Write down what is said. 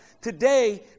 today